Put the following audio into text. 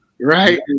right